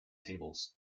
tables